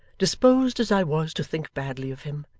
disposed as i was to think badly of him,